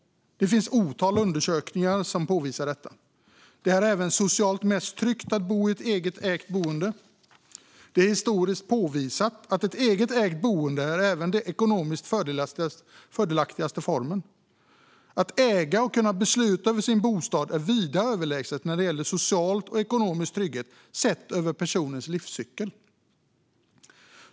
Det finns ett otal undersökningar som påvisar detta. Det är även socialt mest tryggt att bo i ett eget ägt boende. Det är historiskt påvisat att ett eget ägt boende även är den ekonomiskt fördelaktigaste formen. Att äga och kunna besluta över sin bostad är vida överlägset när det gäller social och ekonomisk trygghet sett över personens livscykel.